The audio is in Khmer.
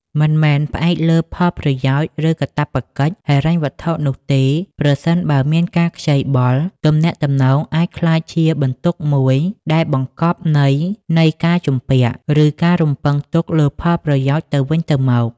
មិនមែនផ្អែកលើផលប្រយោជន៍ ឬកាតព្វកិច្ចហិរញ្ញវត្ថុនោះទេ ប្រសិនបើមានការខ្ចីបុល ទំនាក់ទំនងអាចក្លាយជាបន្ទុកមួយ ដែលបង្កប់ន័យនៃការជំពាក់ ឬការរំពឹងទុកលើផលប្រយោជន៍ទៅវិញទៅមក។